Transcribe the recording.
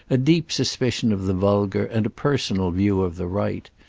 a deep suspicion of the vulgar and a personal view of the right.